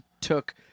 took